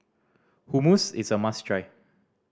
hummus is a must try